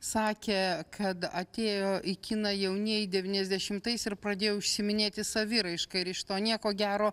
sakė kad atėjo į kiną jaunieji devyniasdešimtais ir pradėjo užsiiminėti saviraiška ir iš to nieko gero